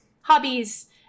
hobbies